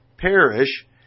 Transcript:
perish